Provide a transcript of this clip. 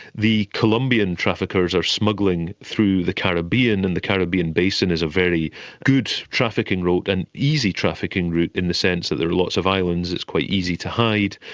the colombian traffickers are smuggling through the caribbean, and the caribbean basin is a very good trafficking route and easy trafficking route in the sense that there are lots of islands, it's quite easy to hide,